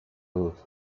dut